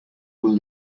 will